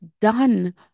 done